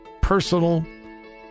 personal